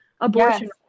abortion